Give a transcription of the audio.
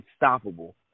unstoppable